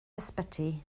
ysbyty